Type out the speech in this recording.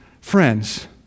friends